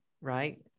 right